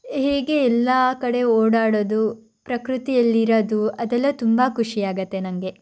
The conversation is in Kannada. ಹೀಗೆ ಎಲ್ಲ ಕಡೆ ಓಡಾಡೋದು ಪ್ರಕೃತಿಯಲ್ಲಿರೋದು ಅದೆಲ್ಲ ತುಂಬ ಖುಷಿಯಾಗತ್ತೆ ನನಗೆ